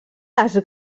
les